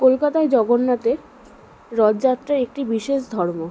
কলকাতায় জগন্নাথের রথযাত্রা একটি বিশেষ ধর্ম